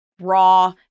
raw